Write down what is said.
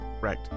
Right